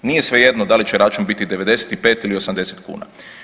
Nije svejedno da li će račun biti 95 ili 80 kuna.